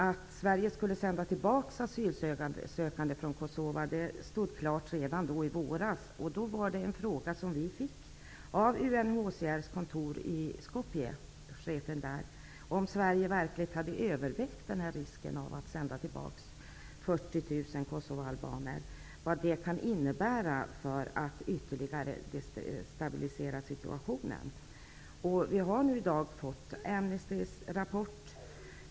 Att Sverige skulle sända tillbaka asylsökande från Kosova stod klart redan i våras. Chefen för UNHCR:s kontor i Skopje undrade om Sverige verkligen hade övervägt risken med att sända tillbaka 40 000 kosovoalbaner och om Sverige hade funderat över hur det ytterligare skulle kunna destabilisera situationen. I dag har vi fått Amnestys rapport.